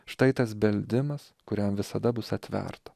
štai tas beldimas kuriam visada bus atverta